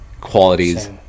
qualities